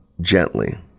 gently